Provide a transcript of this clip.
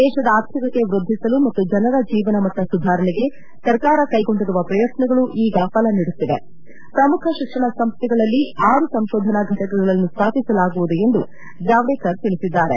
ದೇಶದ ಆರ್ಥಿಕತೆ ವೃದ್ಧಿಸಲು ಮತ್ತು ಜನರ ಜೀವನಮಟ್ಟ ಸುಧಾರಣೆಗೆ ಸರ್ಕಾರ ಕೈಗೊಂಡಿರುವ ಪ್ರಯತ್ನಗಳು ಈಗ ಫಲ ನೀಡುತ್ತಿವೆ ಪ್ರಮುಖ ಶಿಕ್ಷಣ ಸಂಸ್ಥೆಗಳಲ್ಲಿ ಆರು ಸಂಕೋಧನಾ ಫಟಕಗಳನ್ನು ಸ್ಥಾಪಿಸಲಾಗುವುದು ಎಂದು ಜಾವ್ಡೇಕರ್ ತಿಳಿಸಿದ್ದಾರೆ